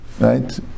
Right